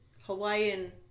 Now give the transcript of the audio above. Hawaiian